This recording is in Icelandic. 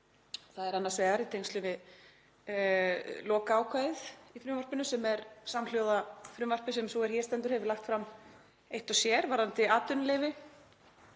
Það er annars vegar í tengslum við lokaákvæðið í frumvarpinu, sem er samhljóða frumvarpi sem sú er hér stendur hefur lagt fram eitt og sér varðandi atvinnuleyfi,